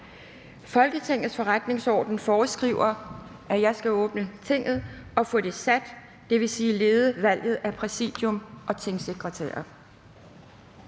Folketingets forretningsorden foreskriver, at jeg skal åbne Tinget og »få det sat« – det vil sige lede valget af Præsidium og tingsekretærer.